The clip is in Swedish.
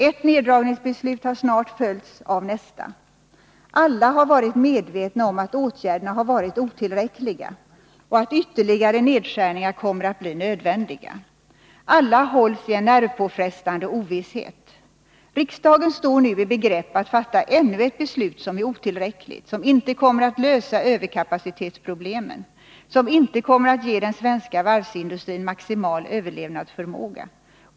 Ett neddragningsbeslut har snart följts av nästa. Alla har varit medvetna om att åtgärderna har varit otillräckliga och att ytterligare nedskärningar kommer att bli nödvändiga. Alla hålls i en nervpåfrestande ovisshet. Riksdagen står nu i begrepp att fatta ännu ett beslut som är otillräckligt, som inte kommer att lösa överkapacitetsproblemen, som inte kommer att ge den svenska varvsindustrin maximal överlevnadsförmåga.